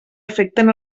afecten